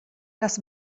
das